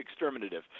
exterminative